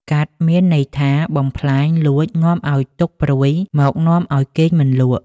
កាត់ មានន័យថា បំផ្លាញ លួច នាំទុក្ខព្រួយមកនាំឲ្យគេងមិនលក់។